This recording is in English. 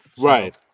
right